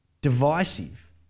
divisive